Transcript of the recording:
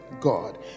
God